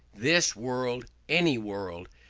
this world, any world,